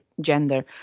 gender